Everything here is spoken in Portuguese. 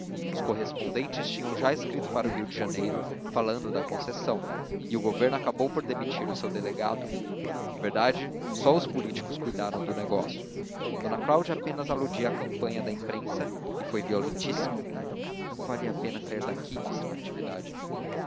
os correspondentes tinham já escrito para o rio de janeiro falando da concessão e o governo acabou por demitir o seu delegado em verdade só os políticos cuidaram do negócio d cláudia apenas aludia à campanha da imprensa que foi violentíssima não valia a pena sair daqui disse natividade